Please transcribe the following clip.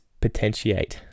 potentiate